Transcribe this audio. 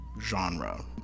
genre